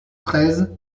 treize